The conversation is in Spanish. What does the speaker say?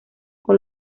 con